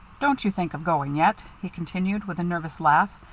don't you think of going yet, he continued, with a nervous laugh,